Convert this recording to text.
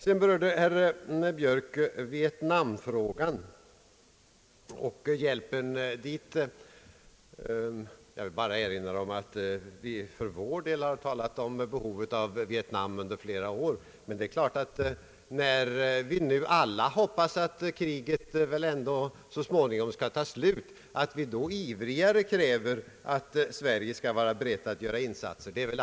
Sedan berörde herr Björk frågan om Vietnam och hjälpen dit. Jag vill bara erinra om att vi för vår del i flera år har talat om behovet av hjälp till Vietnam. När vi nu alla hoppas att kriget så småningom skall ta slut, är det klart att vi ännu ivrigare kräver att Sverige skall vara berett att göra insatser.